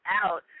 out